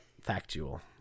Factual